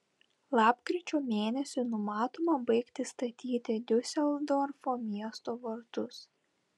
lapkričio mėnesį numatoma baigti statyti diuseldorfo miesto vartus